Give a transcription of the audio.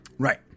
Right